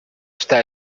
está